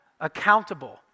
accountable